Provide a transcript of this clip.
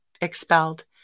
expelled